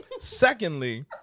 Secondly